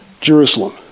Jerusalem